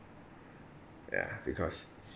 ya because